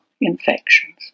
infections